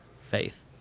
faith